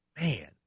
Man